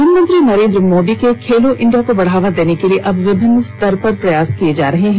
प्रधानमंत्री नरेंद्र मोदी के खेलो इंडिया को बढ़ावा देने के लिए अब विभिन्न स्तर से प्रयास किये जा रहे हैं